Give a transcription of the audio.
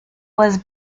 was